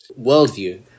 worldview